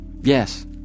Yes